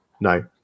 no